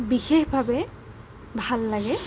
বিশেষভাৱে ভাল লাগে